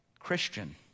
Christian